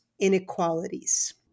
inequalities